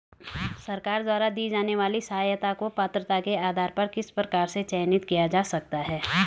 सरकार द्वारा दी जाने वाली सहायता को पात्रता के आधार पर किस प्रकार से चयनित किया जा सकता है?